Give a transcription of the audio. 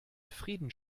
frieden